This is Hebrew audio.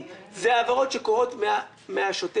הדבר השני הוא העברות שקורות מהשוטף.